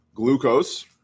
Glucose